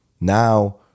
Now